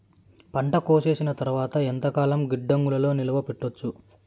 పంట కోసేసిన తర్వాత ఎంతకాలం గిడ్డంగులలో నిలువ పెట్టొచ్చు?